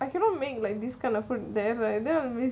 I cannot make like this kind of food there right then I'll miss